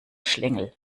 schlingel